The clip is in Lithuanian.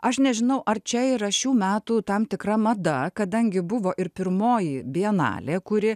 aš nežinau ar čia yra šių metų tam tikra mada kadangi buvo ir pirmoji bienalė kuri